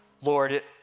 Lord